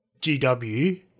GW